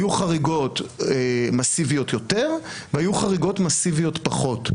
היו חריגות מסיביות יותר והיו חריגות מסיביות פחות,